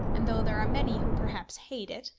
and though there are many who perhaps hate it,